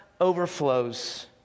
overflows